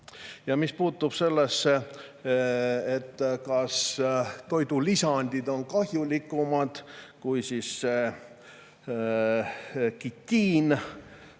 Ja mis puutub sellesse, kas toidulisandid on kahjulikumad kui kitiin,